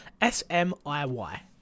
S-M-I-Y